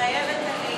מתחייבת אני